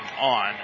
on